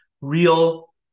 real